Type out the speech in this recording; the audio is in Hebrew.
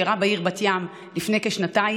שאירע בעיר בת ים לפני כשנתיים,